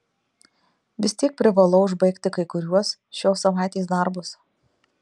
vis tiek privalau užbaigti kai kuriuos šios savaitės darbus